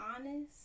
honest